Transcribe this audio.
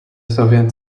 soviet